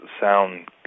sound